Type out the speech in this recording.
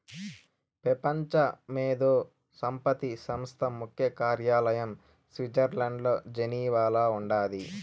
పెపంచ మేధో సంపత్తి సంస్థ ముఖ్య కార్యాలయం స్విట్జర్లండ్ల జెనీవాల ఉండాది